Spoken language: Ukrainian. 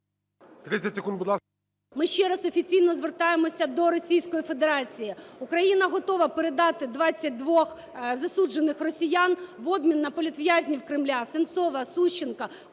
Ми ще раз офіційно звертаємося до Російської Федерації: Україна готова передати 22 засуджених росіян в обмін на політв'язнів Кремля: Сенцова, Сущенка,